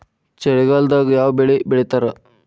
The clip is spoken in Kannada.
ಚಳಿಗಾಲದಾಗ್ ಯಾವ್ ಬೆಳಿ ಬೆಳಿತಾರ?